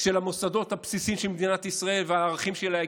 של המוסדות הבסיסיים של מדינת ישראל והערכים שלה.